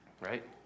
right